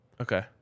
okay